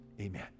Amen